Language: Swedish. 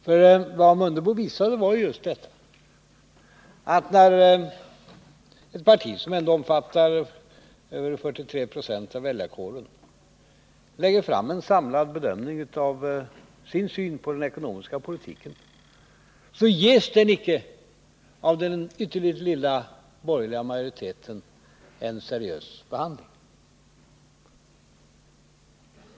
Vad herr Mundebo visade var ju just det att när ett parti, som ändå omfattar över 43 96 av väljarkåren, lägger fram ett förslag som bygger på en samlad bedömning av synen på den ekonomiska politiken, så får det av den ytterligt lilla borgerliga majoriteten icke någon seriös behandling.